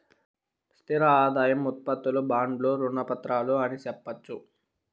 స్థిర ఆదాయం ఉత్పత్తులు బాండ్లు రుణ పత్రాలు అని సెప్పొచ్చు